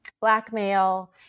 blackmail